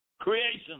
creation